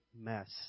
mess